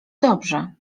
dobrze